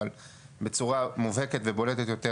אבל בצורה בולטת ומובהקת יותר,